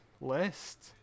list